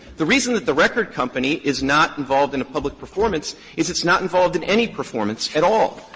the reason that the record company is not involved in a public performance is it's not involved in any performance at all,